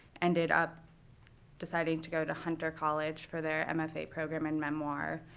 ended up deciding to go to hunter college for their and mfa program in memoir,